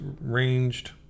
ranged